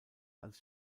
als